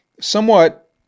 somewhat